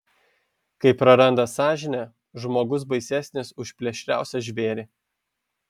kai praranda sąžinę žmogus baisesnis už plėšriausią žvėrį